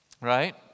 right